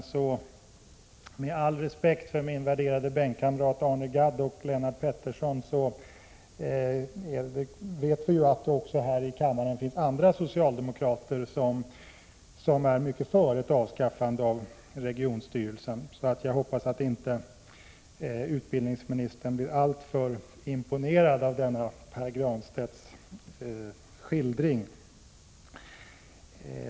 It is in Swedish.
Med all respekt för Lennart Pettersson och min värderade bänkkamrat Arne Gadd vill jag emellertid säga att det här i kammaren också finns socialdemokrater som är mycket för ett avskaffande av regionstyrelserna. Jag hoppas därför att utbildningsministern inte blir alltför imponerad av denna Pär Granstedts skildring.